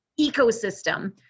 ecosystem